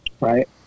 Right